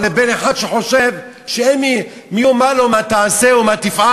או שזה אחד שחושב שאין מי שיאמר לו מה תעשה ומה תפעל